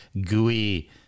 gooey